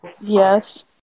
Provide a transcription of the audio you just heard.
Yes